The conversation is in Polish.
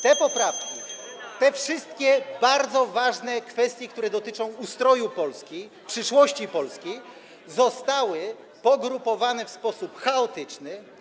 Te poprawki, te wszystkie bardzo ważne kwestie, które dotyczą ustroju Polski, przyszłości Polski, zostały pogrupowane w sposób chaotyczny.